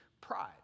pride